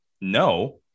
No